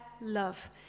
love